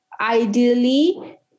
ideally